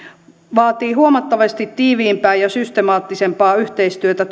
vaatii huomattavasti tiiviimpää ja systemaattisempaa yhteistyötä